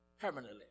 permanently